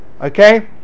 okay